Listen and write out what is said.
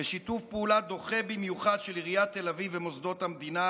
בשיתוף פעולה דוחה במיוחד של עיריית תל אביב ומוסדות המדינה,